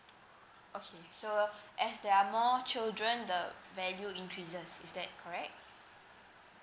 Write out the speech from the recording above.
okay so as there are more children the value increases is that correct